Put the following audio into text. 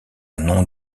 non